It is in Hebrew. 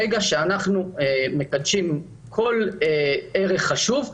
ברגע שאנחנו מקדשים כל ערך חשוב,